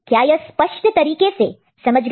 क्या यह स्पष्ट तरीके से समझ गया है